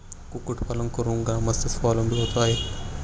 कुक्कुटपालन करून ग्रामस्थ स्वावलंबी होत आहेत